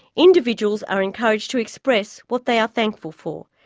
individuals are encouraged to express what they are thankful for,